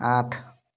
আঠ